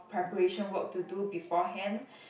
preparation work to do before hand